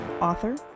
author